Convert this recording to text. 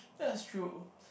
that's true